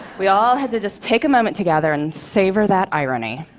we all had to just take a moment together and savor that irony.